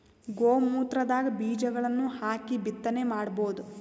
ಗೋ ಮೂತ್ರದಾಗ ಬೀಜಗಳನ್ನು ಹಾಕಿ ಬಿತ್ತನೆ ಮಾಡಬೋದ?